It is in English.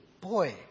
boy